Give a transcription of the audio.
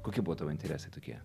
kokie buvo tavo interesai tokie